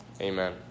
amen